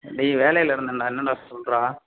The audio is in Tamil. டேய் வேலையில் இருந்தேன்டா என்னடா சொல்றா